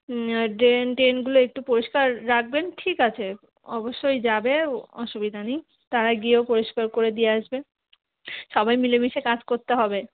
হুম আর ড্রেন টেনগুলো একটু পরিষ্কার রাখবেন ঠিক আছে অবশ্যই যাবে অসুবিধা নেই তারা গিয়েও পরিষ্কার করে দিয়ে আসবে সবাই মিলেমিশে কাজ করতে হবে